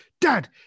dad